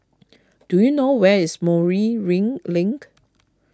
do you know where is Moreel ring Link